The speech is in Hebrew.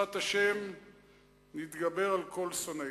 שבעזרת השם נתגבר על כל שונאינו.